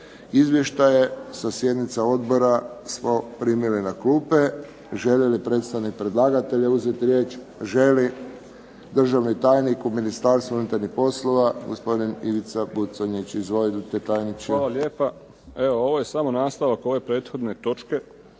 Izvještaje sa sjednica odbora smo primili na klupe. Želi li predstavnik predlagatelja uzeti riječ? Želi. Državni tajnik u Ministarstvu unutarnjih poslova, gospodin Ivica Buconjić. Izvolite, tajniče. **Buconjić, Ivica (HDZ)** Hvala lijepa. Evo ovo je samo nastavak ove prethodne točke.